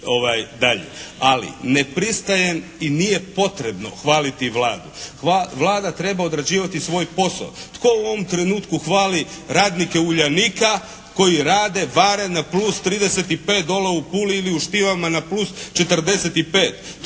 Ali ne pristajem i nije potrebno hvaliti Vladu. Vlada treba odrađivati svoj posao. Tko u ovom trenutku hvali radnike "Uljanika" koji rade, vare na plus 35 dole u Puli ili u Štivama na plus 45?